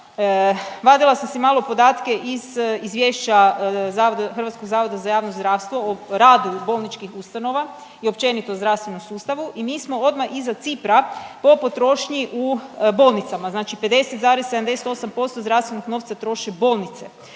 vadila sam si malo podatke iz Izvješća zavoda, HZJZ-a o radu bolničkih ustanova i općenito zdravstvenom sustavu i mi smo odma iza Cipra po potrošnji u bolnicama, znači 50,78% zdravstvenog novca troše bolnice,